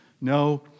No